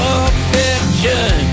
affection